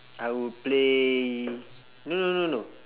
I will play no no no no